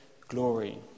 glory